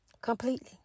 Completely